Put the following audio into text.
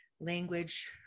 language